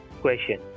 question